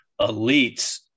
elites